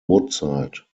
woodside